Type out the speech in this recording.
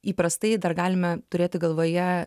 įprastai dar galime turėti galvoje